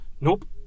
Nope